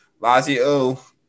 Lazio